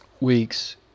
weeks